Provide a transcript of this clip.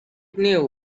knew